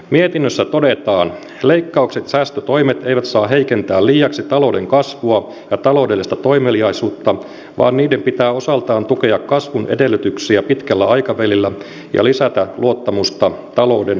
mietinnössä todetaan että leikkaukset ja säästötoimet eivät saa heikentää liiaksi talouden kasvua ja taloudellista toimeliaisuutta vaan niiden pitää osaltaan tukea kasvun edellytyksiä pitkällä aikavälillä ja lisätä luottamusta talouden toipumiseen